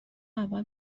اول